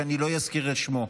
שאני לא אזכיר את שמו,